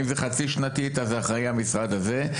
אם זה חצי-שנתית אחראי המשרד הזה,